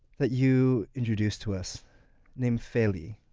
that you introduce to us named feli.